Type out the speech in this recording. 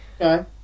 Okay